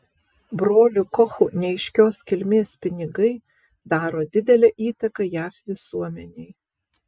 brolių kochų neaiškios kilmės pinigai daro didelę įtaką jav visuomenei